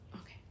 okay